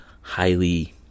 highly